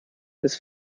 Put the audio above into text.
bis